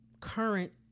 Current